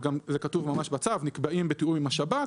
זה כתוב ממש בצו כתובים בצו שנקבעים בתיאום עם השב"כ,